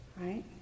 right